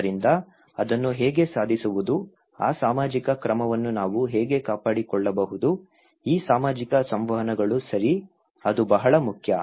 ಆದ್ದರಿಂದ ಅದನ್ನು ಹೇಗೆ ಸಾಧಿಸುವುದು ಆ ಸಾಮಾಜಿಕ ಕ್ರಮವನ್ನು ನಾವು ಹೇಗೆ ಕಾಪಾಡಿಕೊಳ್ಳಬಹುದು ಈ ಸಾಮಾಜಿಕ ಸಂವಹನಗಳು ಸರಿ ಅದು ಬಹಳ ಮುಖ್ಯ